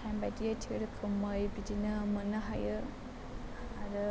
time बायदियै थिग रोखोमै बिदिनो मोननो हायो आरो